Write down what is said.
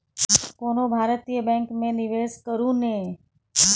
कोनो भारतीय बैंक मे निवेश करू ने